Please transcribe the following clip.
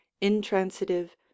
intransitive